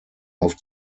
auf